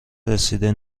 رسیده